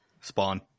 Spawn